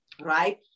right